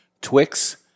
Twix